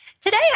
Today